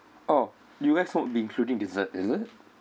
orh you guys won't be including dessert is it